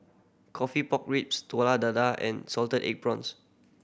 coffee pork ribs Telur Dadah and salted egg prawns